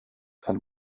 and